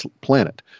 planet